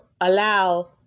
allow